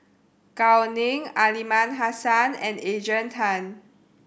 Gao Ning Aliman Hassan and Adrian Tan